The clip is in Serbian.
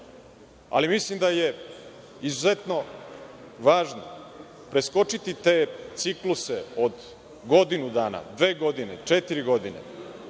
ali mislim da je izuzetno važno preskočiti te cikluse od godinu dana, dve godine, četiri godine